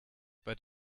but